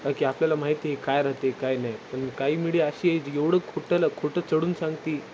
की आपल्याला माहिती हे काय राहते काय नाही पण काही मीडिया अशी आहे जी एवढं खोटंला खोटं चढून सांगते